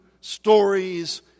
stories